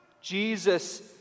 Jesus